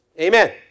Amen